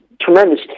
tremendous